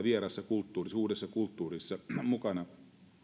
vieraassa kulttuurissa uudessa kulttuurissa mukana jotka